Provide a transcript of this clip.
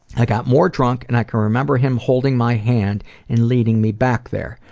i got more drunk and i can remember him holding my hand and leading me back there.